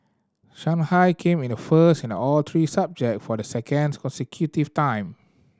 Shanghai came in first in all three subject for the second consecutive time